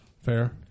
Fair